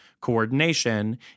coordination